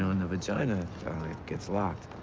know, and the vagina gets locked.